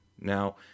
Now